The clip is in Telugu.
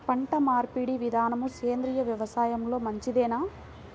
పంటమార్పిడి విధానము సేంద్రియ వ్యవసాయంలో మంచిదేనా?